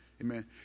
Amen